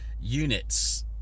units